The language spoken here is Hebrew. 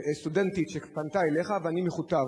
שפנתה אליך, ואני מכותב.